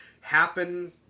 happen